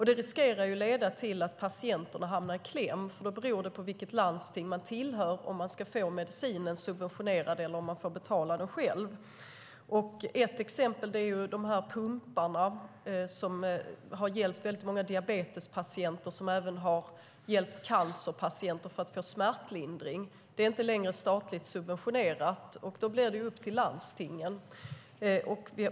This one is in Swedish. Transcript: Det riskerar att leda till att patienterna hamnar i kläm, för då beror det på vilket landsting man tillhör om man ska få medicinen subventionerad eller om man får betala den själv. Ett exempel är de pumpar som har hjälpt många diabetespatienter och som även har hjälpt cancerpatienter att få smärtlindring. De är inte längre statligt subventionerade. Då blir det upp till landstingen.